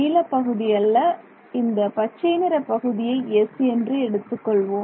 நீல பகுதி அல்ல இந்த பச்சை நிற பகுதியை S என்று எடுத்துக் கொள்வோம்